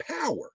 power